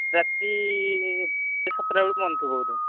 ରାତି ସାତଟା ବେଳକୁ ବନ୍ଦ ହେଉଥିବ ବୋଧେ